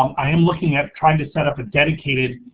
um i am looking at trying to set up a dedicated